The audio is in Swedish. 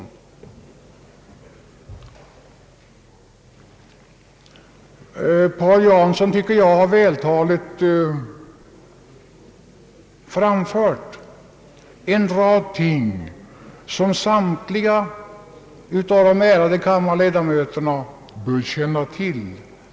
Herr Paul Jansson har, tycker jag, vältaligt framfört en rad ting i dessa frågor som samtliga av de ärade kammarledamöterna bör känna till.